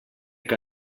que